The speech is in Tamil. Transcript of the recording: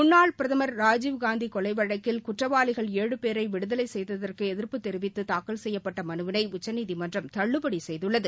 முன்னாள் பிரதமர் ராஜீவ் காந்தி கொலை வழக்கில் குற்றவாளிகள் ஏழு பேரை விடுதலை செய்வதற்கு எதிர்ப்பு தெரிவித்து தூக்கல் செய்யப்பட்ட மனுவினை உச்சநீதிமன்றம் தள்ளுபடி செய்துள்ளது